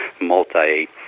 multi